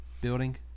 building